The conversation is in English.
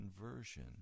conversion